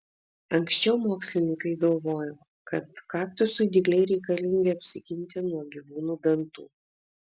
anksčiau mokslininkai galvojo kad kaktusui dygliai reikalingi apsiginti nuo gyvūnų dantų